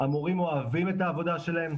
המורים אוהבים את העבודה שלהם,